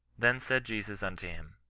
then said jesus unto him,